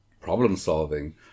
problem-solving